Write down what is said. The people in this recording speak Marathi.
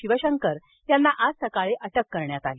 शिवशंकर यांना आज सकाळी अटक करण्यात आली